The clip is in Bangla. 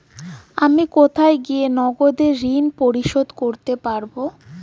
আমি কোথায় গিয়ে নগদে ঋন পরিশোধ করতে পারবো?